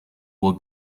will